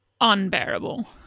unbearable